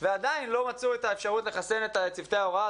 ועדיין לא מצאו את האפשרות לחסן את צוותי ההוראה.